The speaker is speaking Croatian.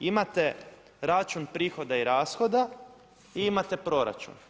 Imate račun prihoda i rashoda i imate proračun.